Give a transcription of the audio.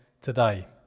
today